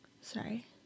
Sorry